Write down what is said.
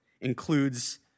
includes